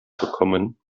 bekommen